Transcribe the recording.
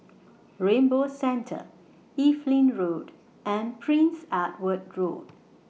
Rainbow Centre Evelyn Road and Prince Edward Road